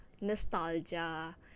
nostalgia